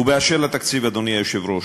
ואשר לתקציב, אדוני היושב-ראש,